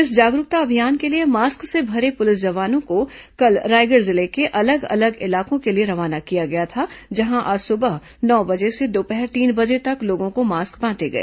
इस जागरूकता अभियान के लिए मास्क से भरे पुलिस वाहनों को कल रायगढ़ जिले के अलग अलग इलाकों के लिए रवाना किया गया था जहां आज सुबह नौ बजे से दोपहर तीन बजे तक लोगों को मास्क बांटे गए